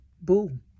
boom